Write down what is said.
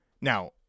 Now